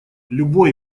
любой